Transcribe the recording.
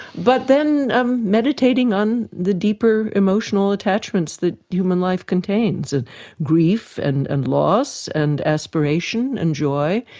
but then um meditating on the deeper emotional attachments that human life contains and grief and and loss and aspiration and joy.